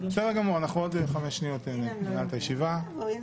היום יום חמישי ט"ז בחשון תשפ"ב,